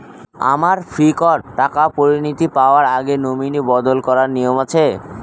আমার ফিক্সড টাকা পরিনতি পাওয়ার আগে নমিনি বদল করার নিয়ম আছে?